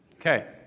Okay